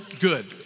good